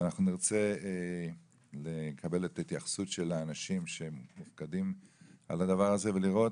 ונרצה לקבל את ההתייחסות של האנשים שמופקדים על הדבר הזה ולראות